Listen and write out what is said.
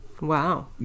Wow